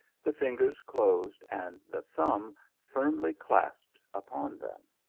the fingers closed, and the thumb firmly clasped upon them.